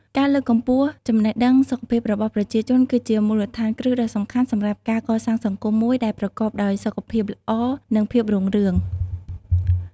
ការលើកកម្ពស់ចំណេះដឹងសុខភាពរបស់ប្រជាជនគឺជាមូលដ្ឋានគ្រឹះដ៏សំខាន់សម្រាប់ការកសាងសង្គមមួយដែលប្រកបដោយសុខភាពល្អ និងភាពរុងរឿង។